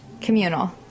Communal